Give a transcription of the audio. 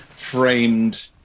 framed